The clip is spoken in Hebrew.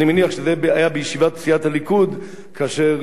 אני מניח שזה היה בישיבת סיעת הליכוד כאשר